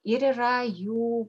ir yra jų